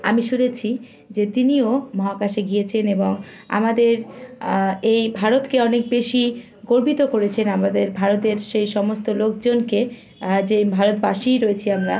আমি শুনেছি যে তিনিও মহাকাশে গিয়েছেন এবং আমাদের এই ভারতকে অনেক বেশি গর্বিত করেছেন আমাদের ভারতের সেই সমস্ত লোকজনকে যে ভারতবাসীই রয়েছি আমরা